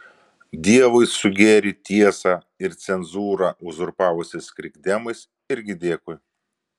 dievui su gėrį tiesą ir cenzūrą uzurpavusiais krikdemais irgi dėkui